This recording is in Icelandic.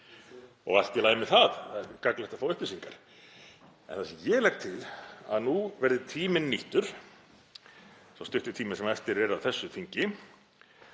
og allt í lagi með það, það er gagnlegt að fá upplýsingar. En það sem ég legg til er að nú verði tíminn nýttur, sá stutti tími sem eftir er af þessu þingi,